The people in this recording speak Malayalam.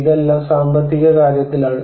ഇതെല്ലാം സാമ്പത്തിക കാര്യത്തിലാണ്